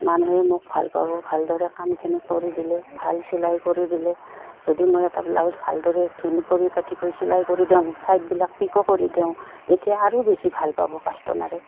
মানুহে মোক ভাল পাব ভালদৰে কামখিনি কৰি দিলে ভাল চিলাই কৰি দিলে যদি মই এটা ব্লাউজ ভালদৰে ধুন কৰি পাতি কৰি চিলাই কৰি দিওঁ ছাইডবিলাক পিকো কৰি দিওঁ তেতিয়া আৰু বেছি ভাল পাব কাষ্টমাৰে